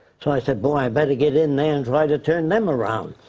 so i said boy, i better get in there and try to turn them around.